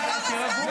לרדת, לרדת.